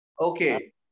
Okay